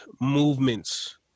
movements